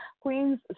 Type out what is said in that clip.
Queen's